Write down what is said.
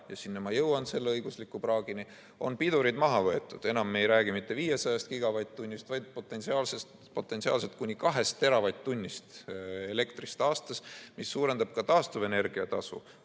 ajal – ja selle õigusliku praagini ma kohe jõuan – on pidurid maha võetud. Enam me ei räägi mitte 500 gigavatt-tunnist, vaid potentsiaalselt kuni kahest teravatt-tunnist elektrist aastas, mis suurendab ka taastuvenergia tasu